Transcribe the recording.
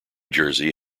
jersey